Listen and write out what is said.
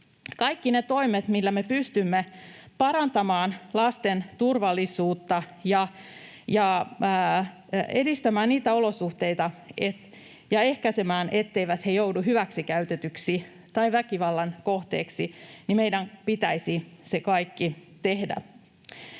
Kaikki ne toimet, millä me pystymme parantamaan lasten turvallisuutta ja edistämään niitä olosuhteita ja ehkäisemään, etteivät he joudu hyväksikäytetyiksi tai väkivallan kohteiksi, meidän pitäisi tehdä.